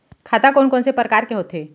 खाता कोन कोन से परकार के होथे?